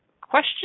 Question